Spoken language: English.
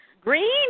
green